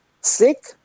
sick